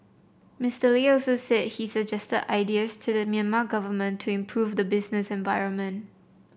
Mister Lee also said he suggested ideas to the Myanmar government to improve the business environment